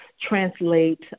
translate